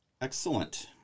Excellent